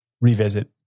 Revisit